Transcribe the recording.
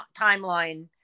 timeline